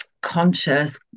conscious